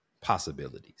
possibilities